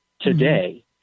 today